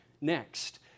next